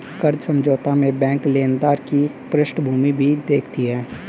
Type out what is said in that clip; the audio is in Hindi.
कर्ज समझौता में बैंक लेनदार की पृष्ठभूमि भी देखती है